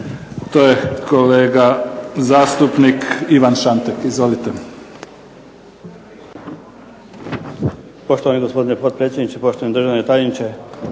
To je kolega zastupnik Ivan Šantek. Izvolite. **Šantek, Ivan (HDZ)** Poštovani gospodine potpredsjedniče, poštovani državni tajniče,